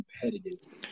competitive